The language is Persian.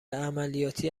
عملیاتی